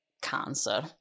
cancer